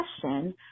question